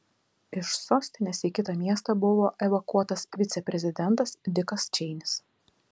iš sostinės į kitą miestą buvo evakuotas viceprezidentas dikas čeinis